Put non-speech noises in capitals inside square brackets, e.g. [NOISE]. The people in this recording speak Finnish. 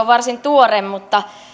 [UNINTELLIGIBLE] varsin tuore